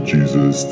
Jesus